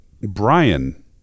Brian